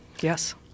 Yes